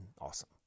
awesome